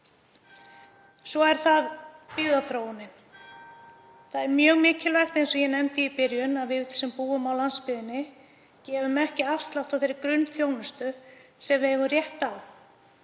Svo er það byggðaþróunin. Það er mjög mikilvægt, eins og ég nefndi í byrjun, að við sem búum á landsbyggðinni gefum ekki afslátt af þeirri grunnþjónustu sem við eigum rétt á.